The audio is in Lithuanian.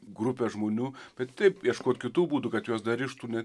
grupę žmonių bet taip ieškot kitų būdų kad juos dar rištų ne